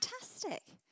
fantastic